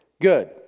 good